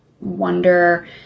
wonder